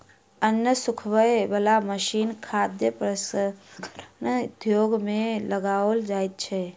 अन्न सुखबय बला मशीन खाद्य प्रसंस्करण उद्योग मे लगाओल जाइत छै